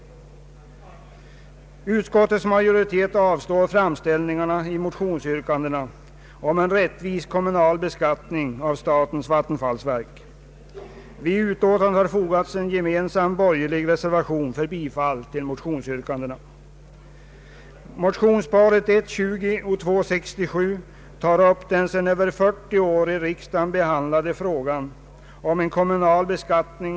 Utskottets majoritet avstyrker motionsyrkandena om en rättvis kommunal beskattning av statens vattenfallsverk. Vid utlåtandet har fogats en gemensam borgerlig reservation för bifall till motionsyrkandena. Utskottet hänvisar till sina tidigare uttalanden.